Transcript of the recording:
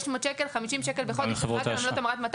600 שקלים, 50 שקלים בחודש -- גם לחברות האשראי.